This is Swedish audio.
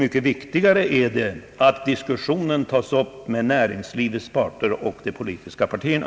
Mycket viktigare är det att diskussionen tas upp med näringslivets parter och med de politiska partierna.